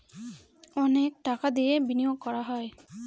অনেক টাকা দিয়ে বিনিয়োগ করা হয়